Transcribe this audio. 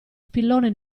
spillone